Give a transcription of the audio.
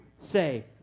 say